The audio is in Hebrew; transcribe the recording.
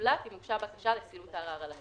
זולת אם הוגשה בקשה לסילוק הערר על הסף,